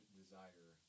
desire